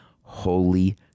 Holy